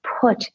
put